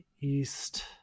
East